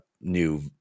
new